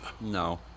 No